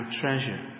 treasure